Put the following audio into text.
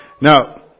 Now